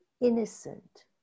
innocent